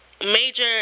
major